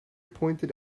pointed